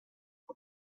but